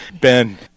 Ben